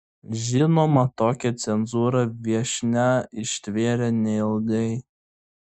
žinoma tokią cenzūrą viešnia ištvėrė neilgai